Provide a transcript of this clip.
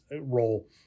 role